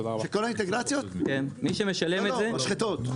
לא, משחטות.